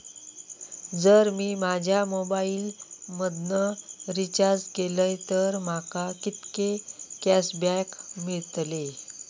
जर मी माझ्या मोबाईल मधन रिचार्ज केलय तर माका कितके कॅशबॅक मेळतले?